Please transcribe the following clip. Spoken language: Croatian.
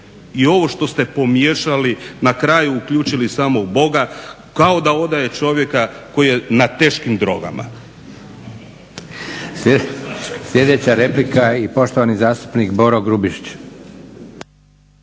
i ovo što ste pomiješali na kraju uključili i samog Boga kao da odaje čovjeka koji je na teškim drogama. **Leko, Josip (SDP)** Sljedeća replika i poštovani zastupnik Boro Grubišić.